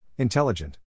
Intelligent